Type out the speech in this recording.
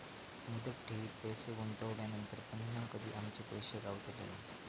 मुदत ठेवीत पैसे गुंतवल्यानंतर पुन्हा कधी आमचे पैसे गावतले?